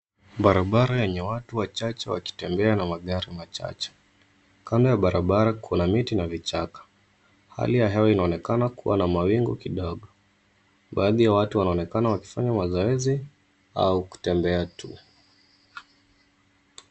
Barabara yenye watu wachache wakitembea na magari machache. Kando ya barabara kuna miti na kichaka. Hali ya hewa inaonekana kuwa na mawingu kidogo. Baadhi ya watu wanaonekana kufanya mazoezi au kutembea tu.